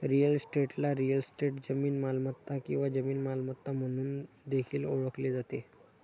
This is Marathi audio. रिअल इस्टेटला रिअल इस्टेट, जमीन मालमत्ता किंवा जमीन मालमत्ता म्हणून देखील ओळखले जाते